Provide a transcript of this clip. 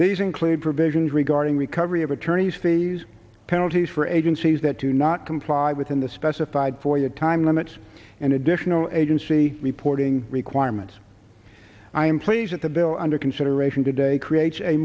these include provisions regarding recovery of attorneys fees penalties for agencies that do not comply within the specified for the time limits and additional agency reporting requirements i'm pleased at the bill under consideration today creates a